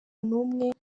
n’umwe